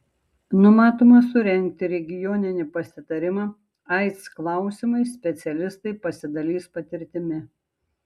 numatoma surengti regioninį pasitarimą aids klausimais specialistai pasidalys patirtimi